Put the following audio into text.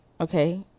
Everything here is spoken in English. Okay